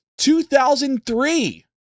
2003